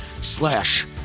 slash